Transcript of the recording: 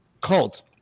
cult